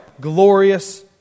glorious